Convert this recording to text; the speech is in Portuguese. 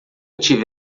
tive